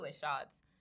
shots